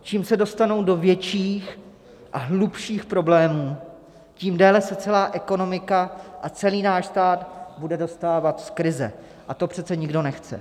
Čím se dostanou do větších a hlubších problémů, tím déle se celá ekonomika a celý náš stát bude dostávat z krize, a to přece nikdo nechce.